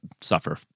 suffer